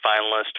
finalist